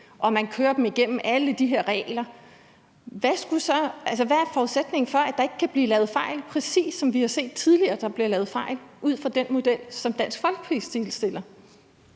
og man kører dem igennem i forhold til alle de her regler, hvad er forudsætningen så for, at der ikke kan blive lavet fejl, præcis som vi har set tidligere, at der bliver lavet fejl, ud fra den model, som Dansk Folkeparti opstiller?